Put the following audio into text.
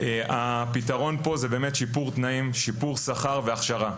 הפתרון פה הוא שיפור תנאים, שיפור שכר והכשרה.